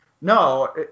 No